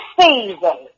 season